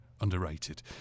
underrated